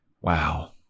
wow